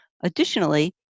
Additionally